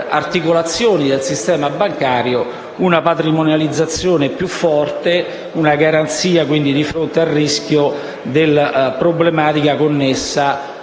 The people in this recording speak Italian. articolazioni del sistema bancario, una patrimonializzazione più forte e quindi una garanzia di fronte al rischio della problematica connessa